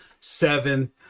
seven